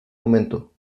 momento